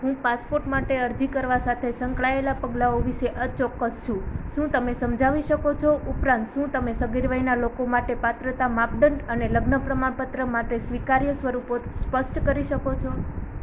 હું પાસપોર્ટ માટે અરજી કરવા સાથે સંકળાયેલાં પગલાંઓ વિશે અચોક્કસ છું શું તમે સમજાવી શકો છો ઉપરાંત શું તમે સગીર વયના લોકો માટે પાત્રતા માપદંડ અને લગ્ન પ્રમાણપત્ર માટે સ્વીકાર્ય સ્વરૂપો સ્પષ્ટ કરી શકો છો